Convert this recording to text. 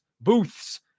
Booths